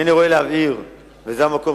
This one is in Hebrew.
וזה המקום,